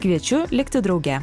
kviečiu likti drauge